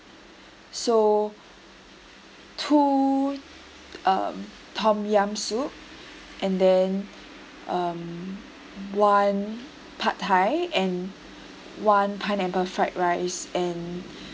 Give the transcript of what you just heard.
so two um tom yam soup and then um one pad thai and one pineapple fried rice and